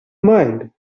mind